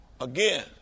again